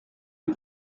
est